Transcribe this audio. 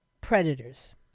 Predators